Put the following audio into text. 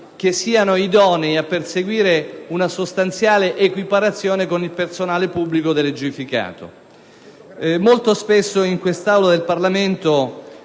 ordinamenti idonee a perseguire una sostanziale equiparazione con il cosiddetto personale pubblico delegificato. Molto spesso in quest'Aula del Parlamento